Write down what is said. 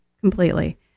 completely